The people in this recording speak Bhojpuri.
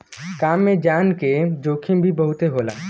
काम में जान के जोखिम भी बहुते होला